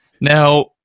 Now